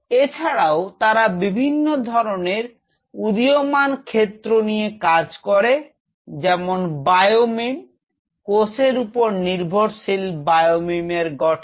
এছাড়াও তারা বিভিন্ন ধরনের উদীয়মান ক্ষেত্র নিয়ে কাজ করে যেমন বায়োনিম কোষের ওপর নির্ভরশীল বায়োনিম এর গঠন